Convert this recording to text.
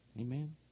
Amen